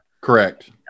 Correct